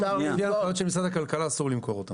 לפי ההנחיות של משרד הכלכלה אסור למכור אותם.